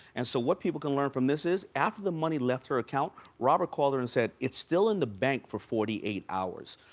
and so what people can learn from this is after the money left her account, robert called her and said, it's still in the bank for forty eight hours.